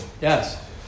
Yes